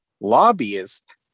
lobbyist